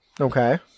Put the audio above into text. Okay